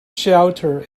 shelter